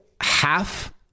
half